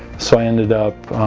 so i ended up